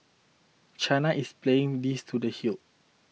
China is playing this to the hill